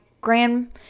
grand